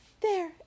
There